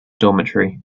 dormitory